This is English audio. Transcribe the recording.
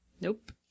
Nope